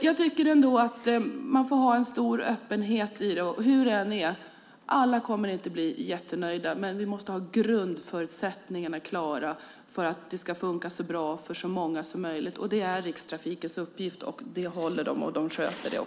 Jag tycker att man får ha stor öppenhet vad gäller frågan, men hur det än är kommer alla inte att bli jättenöjda. Vi måste dock ha grundförutsättningarna klara för att det ska fungera så bra som möjligt för så många som möjligt. Det är Rikstrafikens uppgift, och den sköter de.